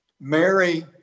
mary